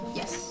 yes